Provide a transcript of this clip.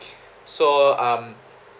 so um